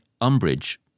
umbrage